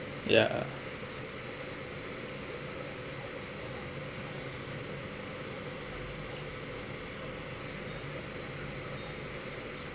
ya